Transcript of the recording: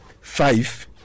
five